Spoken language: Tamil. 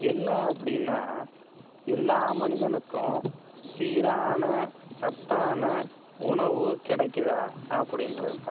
என்ன அப்படினா எல்லா மனிதனுக்கும் சீரான சத்தான உணவு கிடைக்குதா அப்படின்றது தான்